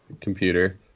computer